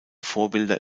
vorbilder